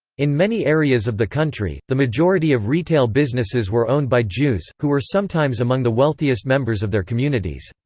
in many areas of the country, the majority of retail businesses were owned by jews, who were sometimes among the wealthiest members of their communities.